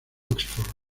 oxford